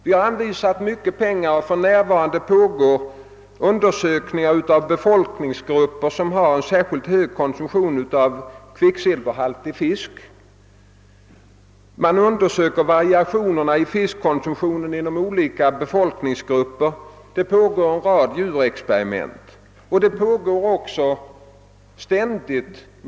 Vi har anvisat mycket pengar till denna forskning, och för närvarande pågår undersökningar av befolkningsgrupper som har särskilt hög konsumtion av kvicksilverhalig fisk; man undersöker variationerna i fiskkonsumtionen inom olika befolkningsgrupper och det pågår en rad djurexperiment.